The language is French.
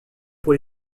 pour